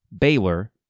Baylor